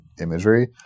imagery